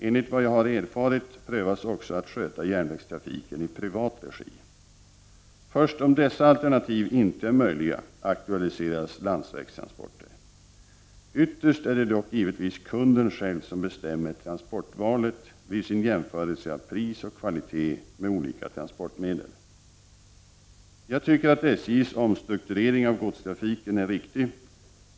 Enligt vad jag erfarit prövas också att sköta järnvägstrafiken i privat regi. Först om dessa alternativ inte är möjliga aktualiseras landsvägstransporter. Ytterst är det dock givetvis kunden själv som bestämmer transportvalet vid sin jämförelse av pris och kvalitet med olika transportmedel. Jag tycker att SJ:s omstrukturering av godstrafiken är riktig.